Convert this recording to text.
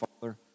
Father